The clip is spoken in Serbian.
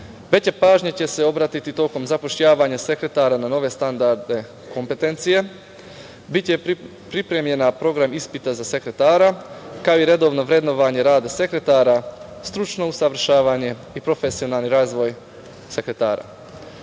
Veća pažnja će se obratiti tokom zapošljavanja sekretara na nove standardne kompetencije. Biće pripremljen program ispita za sekretara, kao i redovno vrednovanje rada sekretara, stručno usavršavanje i profesionalni razvoj sekretara.